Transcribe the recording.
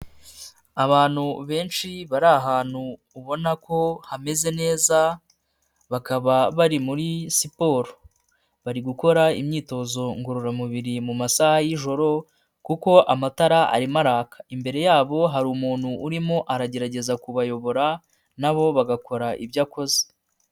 Abantu benshi bari ahantu ubona ko hameze neza, bakaba bari muri siporo bari gukora imyitozo ngororamubiri mu masaha y'ijoro kuko amatara arimo araka, imbere yabo hari umuntu urimo aragerageza kubayobora nabo bagakora ibyo akoze.